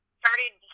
started